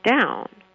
down